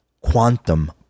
quantum